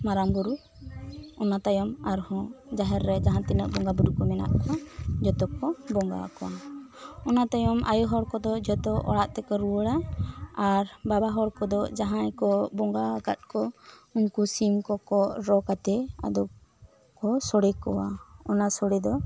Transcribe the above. ᱢᱟᱨᱟᱝ ᱵᱳᱨᱳ ᱚᱱᱟ ᱛᱟᱭᱚᱢ ᱟᱨ ᱦᱚᱸ ᱡᱟᱦᱮᱨ ᱨᱮ ᱡᱟᱦᱟᱸ ᱛᱤᱱᱟᱹᱜ ᱵᱚᱸᱜᱟ ᱵᱳᱨᱳ ᱠᱚ ᱢᱮᱱᱟᱜ ᱠᱚᱣᱟ ᱡᱚᱛᱚ ᱠᱚ ᱵᱚᱸᱜᱟ ᱟᱠᱚᱣᱟ ᱚᱱᱟ ᱛᱟᱭᱚᱢ ᱟᱭᱚ ᱦᱚᱲ ᱠᱚᱫᱚ ᱡᱚᱛᱚ ᱚᱲᱟᱜ ᱛᱮᱠᱚ ᱨᱩᱣᱟᱹᱲᱟ ᱟᱨ ᱵᱟᱵᱟ ᱦᱚᱲ ᱠᱚᱫᱚ ᱡᱟᱦᱟᱸᱭ ᱠᱚ ᱵᱚᱸᱜᱟ ᱠᱟᱫ ᱩᱱᱠᱩ ᱥᱤᱢ ᱠᱚ ᱠᱚ ᱨᱚ ᱠᱟᱛᱮ ᱟᱫ ᱠᱚ ᱥᱚᱲᱮ ᱠᱚᱣᱟ ᱚᱱᱟ ᱥᱚᱲᱮ ᱫᱚ